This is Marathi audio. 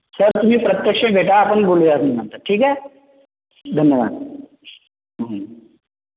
सर तुम्ही प्रत्यक्ष भेटा आपण बोलूयात मग नंतर ठिक आहे धन्यवाद